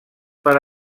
per